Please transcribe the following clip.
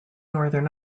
northern